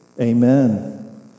Amen